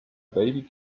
baby